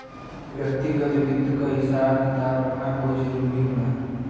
व्यक्तिगत वित्त क हिसाब किताब रखना बहुत जरूरी होला